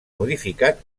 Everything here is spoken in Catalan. modificat